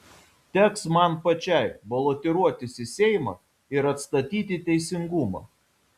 teks man pačiai balotiruotis į seimą ir atstatyti teisingumą